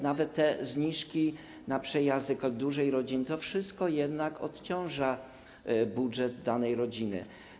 Nawet te zniżki na przejazdy dla dużej rodziny, to wszystko jednak odciąża budżet danej rodziny.